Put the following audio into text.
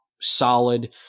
solid